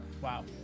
Wow